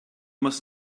must